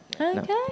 Okay